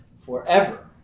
forever